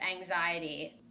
anxiety